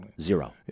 Zero